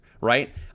right